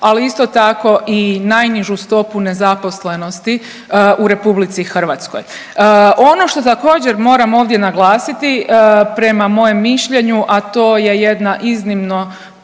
ali isto tako i najnižu stopu nezaposlenosti u Republici Hrvatskoj. Ono što također moram ovdje naglasiti prema mojem mišljenju, a to je jedna iznimno